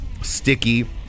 sticky